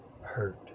hurt